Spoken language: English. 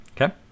Okay